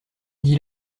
dit